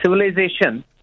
civilization